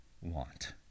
want